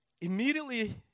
Immediately